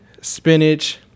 spinach